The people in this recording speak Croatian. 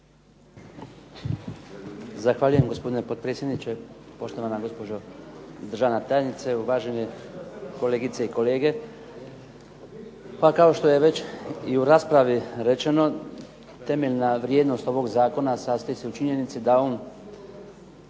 Zahvaljujem gospodine potpredsjedniče, poštovana gospođo državna tajnice, uvaženi kolegice i kolege. Pa kao što je već i u raspravi rečeno temeljna vrijednost ovog zakona sastoji se u činjenici da on